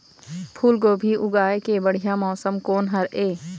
फूलगोभी उगाए के बढ़िया मौसम कोन हर ये?